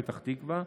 פתח תקווה.